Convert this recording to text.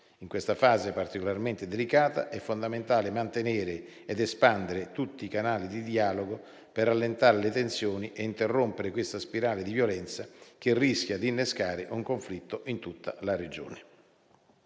In questa fase particolarmente delicata è fondamentale mantenere ed espandere tutti i canali di dialogo per allentare le tensioni e interrompere la spirale di violenza che rischia di innescare un conflitto in tutta la regione.